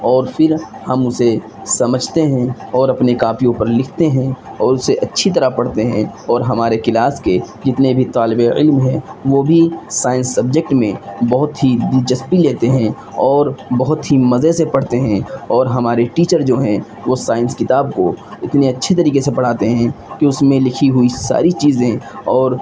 اور پھر ہم اسے سمجھتے ہیں اور اپنے کاپیوں پر لکھتے ہیں اور اسے اچھی طرح پڑھتے ہیں اور ہمارے کلاس کے کتنے بھی طالب علم ہیں وہ بھی سائنس سبجیکٹ میں بہت ہی دلچسپی لیتے ہیں اور بہت ہی مزے سے پڑھتے ہیں اور ہمارے ٹیچر جو ہیں وہ سائنس کتاب کو اتنے اچھی طریقے سے پڑھاتے ہیں کہ اس میں لکھی ہوئی ساری چیزیں اور